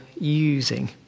using